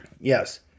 Yes